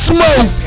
Smoke